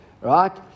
Right